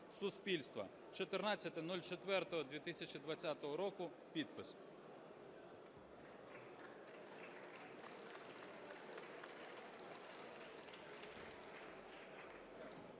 суспільства. 14.04.2022 року. Підпис.